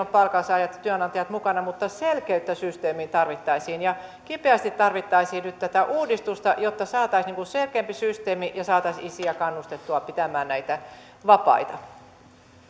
ovat palkansaajat ja työnantajat mukana selkeyttä systeemiin tarvittaisiin ja kipeästi tarvittaisiin nyt tätä uudistusta jotta saataisiin selkeämpi systeemi ja saataisiin isiä kannustettua pitämään näitä vapaita